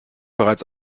bereits